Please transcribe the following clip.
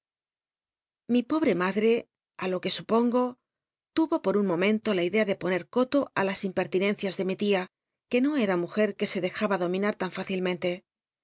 mi pobre maclte í lo que supongo tu o pot un momen to la idea de poner coto kls impertinen cias de mi tia que no et'a mujet que se dejaba dominar tan fücilmcnte